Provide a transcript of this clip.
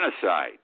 genocide